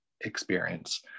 experience